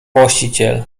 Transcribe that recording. właściciel